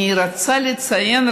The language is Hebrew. אני רוצה לציין,